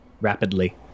Rapidly